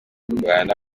kurwana